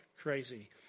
Crazy